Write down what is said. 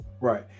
right